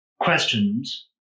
questions